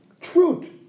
truth